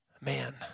man